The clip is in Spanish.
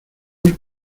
voy